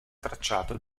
tracciato